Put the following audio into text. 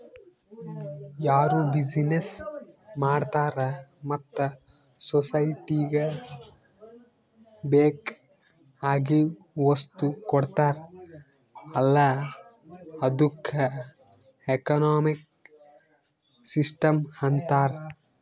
ಯಾರು ಬಿಸಿನೆಸ್ ಮಾಡ್ತಾರ ಮತ್ತ ಸೊಸೈಟಿಗ ಬೇಕ್ ಆಗಿವ್ ವಸ್ತು ಕೊಡ್ತಾರ್ ಅಲ್ಲಾ ಅದ್ದುಕ ಎಕನಾಮಿಕ್ ಸಿಸ್ಟಂ ಅಂತಾರ್